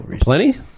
Plenty